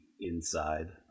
inside